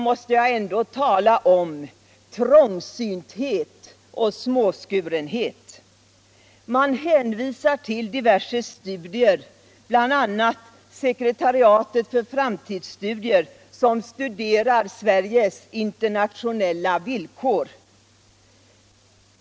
måste jag ändå tala om trångsynthet och småskurenhet. Man hänvisar till diverse studier, bl.a. sekretariatet för framtidsstudier, som studerar Sveriges internationella villkor.